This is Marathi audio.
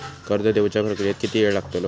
कर्ज देवच्या प्रक्रियेत किती येळ लागतलो?